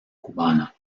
cubana